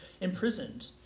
imprisoned